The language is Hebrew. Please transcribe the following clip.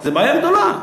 זו בעיה גדולה.